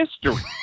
history